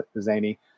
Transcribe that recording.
zany